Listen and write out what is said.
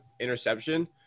interception